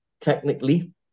technically